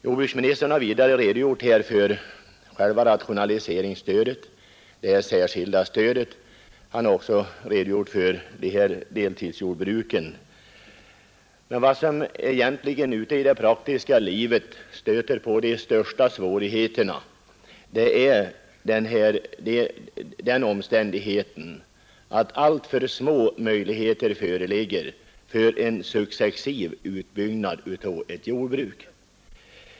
Jordbruksministern har vidare redogjort för själva rationaliseringesstödet, det särskilda stödet, och stödet till deltidsjordbruken. Ute i det praktiska livet är den största svårigheten att alltför små möjligheter föreligger för en successiv utbyggnad av ett jordbruk.